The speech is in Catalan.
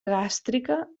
gàstrica